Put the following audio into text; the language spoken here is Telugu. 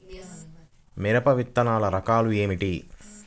మిరప విత్తనాల రకాలు ఏమిటి?